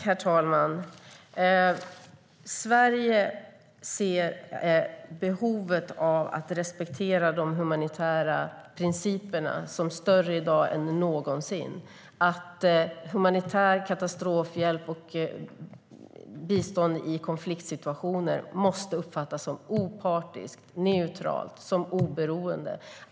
Herr talman! Sverige ser att behovet av att respektera de humanitära principerna är större i dag än någonsin. Humanitär katastrofhjälp och bistånd i konfliktsituationer måste uppfattas som opartiskt, neutralt och oberoende.